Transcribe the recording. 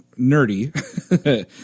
nerdy